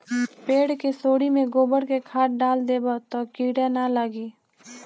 पेड़ के सोरी में गोबर के खाद डाल देबअ तअ कीरा नाइ लागी